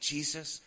Jesus